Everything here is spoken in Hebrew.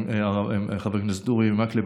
חבר הכנסת אורי מקלב,